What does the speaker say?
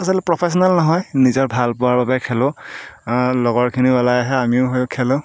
আচলতে প্ৰফেশ্যনেল নহয় নিজৰ ভাল পোৱাৰ বাবে খেলোঁ লগৰখিনি ওলাই আহে আমিও সেই খেলোঁ